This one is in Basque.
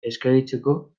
eskegitzeko